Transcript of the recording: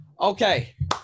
Okay